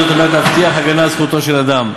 וזאת כדי להבטיח הגנה על זכותו של אדם.